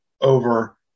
over